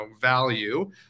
value